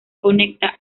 conecta